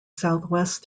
southwest